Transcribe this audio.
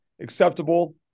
acceptable